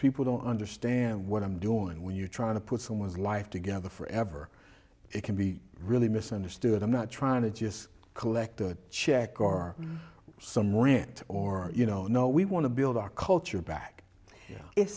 people don't understand what i'm doing when you're trying to put someone's life together forever it can be really misunderstood i'm not trying to just collect a check or some rant or you know no we want to build our culture back i